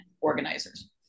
organizers